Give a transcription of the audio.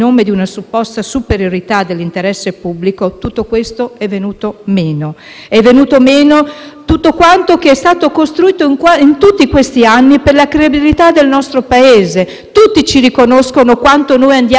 tutto quanto è stato costruito in tutti questi anni per la credibilità del nostro Paese. Tutti ci riconoscono quanto noi diamo aiuto anche nelle missioni internazionali. Eppure, oggi è venuto meno tutto questo, e per salvare che cosa?